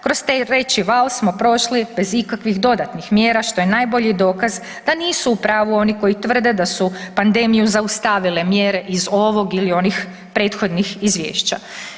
Kroz treći val smo prošli bez ikakvih dodatnih mjera što je najbolji dokaz da nisu u pravu oni koji tvrde da su pandemiju zaustavile mjere iz ovog ili onih prethodnih izvješća.